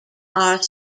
are